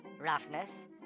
roughness